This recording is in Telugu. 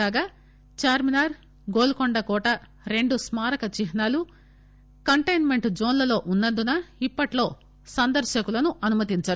కాగా చార్మినార్ గోల్కొండ కోట రెండు స్మారక చిహ్స్ లు కంటైన్మెంట్ జోన్లలో ఉన్న ందున ఇప్పట్లో సందర్భకులను అనుమతించరు